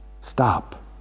Stop